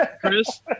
chris